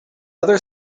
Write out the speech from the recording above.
other